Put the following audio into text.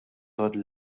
tot